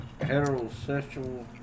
Heterosexual